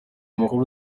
amakuru